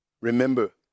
Remember